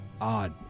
odd